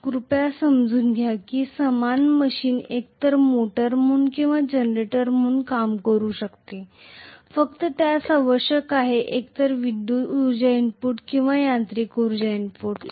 कृपया समजून घ्या की हेच मशीन एकतर मोटर म्हणून किंवा जनरेटर म्हणून काम करू शकते फक्त त्यास एकतर विद्युत उर्जा इनपुट किंवा यांत्रिक ऊर्जा इनपुट आवश्यक आहे